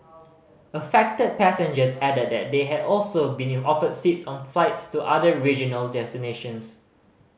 affected passengers added that they had also been offered seats on flights to other regional destinations